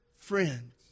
friends